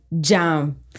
Jam